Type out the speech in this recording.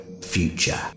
Future